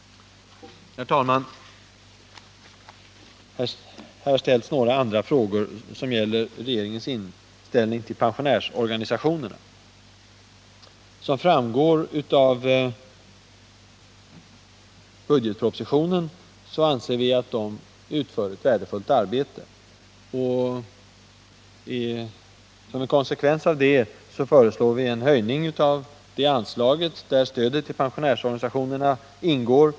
Herr talman! Det har ställts några frågor om regeringens inställning till pensionärsorganisationerna. Som framgår av budgetpropositionen anser vi att dessa organisationer utför ett värdefullt arbete. Som en konsekvens av det föreslår vi en höjning av det anslag i vilket stödet till pensionärsorganisationerna ingår.